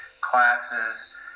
classes